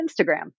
Instagram